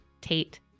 Tate